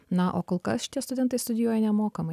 na o kol kas šitie studentai studijuoja nemokamai